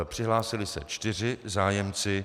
Přihlásili se čtyři zájemci.